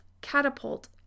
Catapult